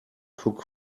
cook